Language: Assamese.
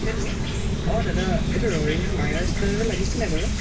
হেল্ল' অঁ দাদা এইটো ৰৰিয়া মায়া ৰেষ্টুৰেণ্টত লাগিছে নে নাই বাৰু